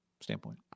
standpoint